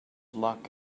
luck